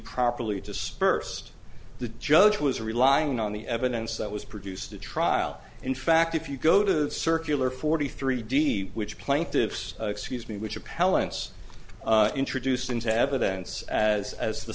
properly dispersed the judge was relying on the evidence that was produced the trial in fact if you go to the circular forty three d which plaintiffs excuse me which appellants introduced into evidence as as the